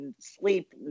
sleep